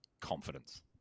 confidence